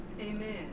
Amen